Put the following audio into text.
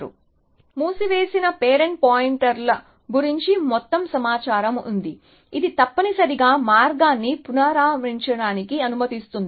విద్యార్థి మూసివేసిన పేరెంట్ పాయింటర్ల గురించి మొత్తం సమాచారం ఉంది ఇది తప్పనిసరిగా మార్గాన్ని పునర్నిర్మించడానికి అనుమతిస్తుంది